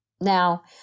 Now